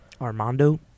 Armando